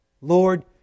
Lord